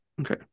okay